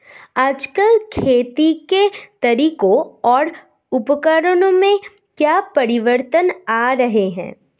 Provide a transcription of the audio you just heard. आजकल खेती के तरीकों और उपकरणों में क्या परिवर्तन आ रहें हैं?